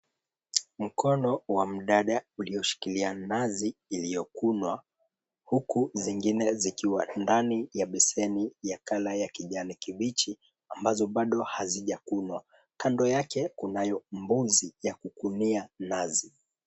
Mkono wa mdada ulioshikilia nazi iliyokunwa, huku zingine zikiwa ndani ya beseni ya kala ya kijani kibichi, ambazo bado hazijakunwa. Kando yake kunayo mbuzi ys kukunia nazi.